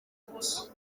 ati